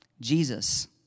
Jesus